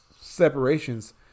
separations